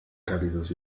cálidos